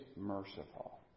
merciful